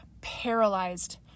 paralyzed